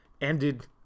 ended